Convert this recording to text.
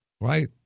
Right